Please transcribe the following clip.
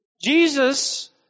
Jesus